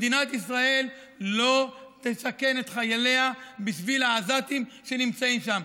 מדינת ישראל לא תסכן את חייליה בשביל העזתים שנמצאים שם,